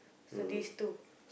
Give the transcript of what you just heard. so these two